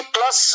Plus